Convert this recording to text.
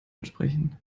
entsprechen